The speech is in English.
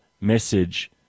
message